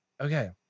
Okay